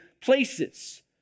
places